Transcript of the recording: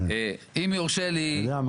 אם יורשה לי --- אתה יודע,